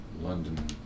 London